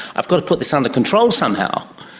i've got to put this under control somehow.